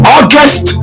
August